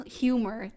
humor